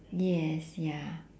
yes ya